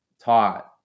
taught